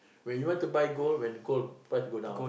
when you want to buy gold when gold price go down